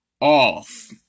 off